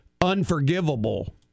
Unforgivable